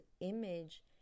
image